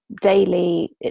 daily